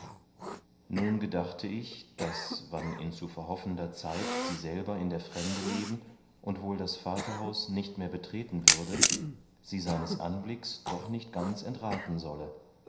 nun gedachte ich daß wann in zu verhoffender zeit sie selber in der fremde leben und wohl das vaterhaus nicht mehr betreten würde sie seines anblicks doch nicht ganz entrathen solle